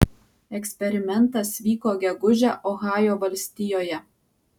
eksperimentas vyko gegužę ohajo valstijoje